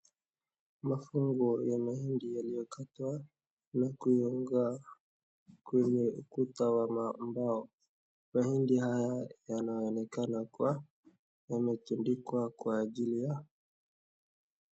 mafuunga ya mahidi yaliyokatwa na kuungwa kwenye ukuta wa mbao mahindi haya yanaonekana kuwa yamekindikwa kwa ajili ya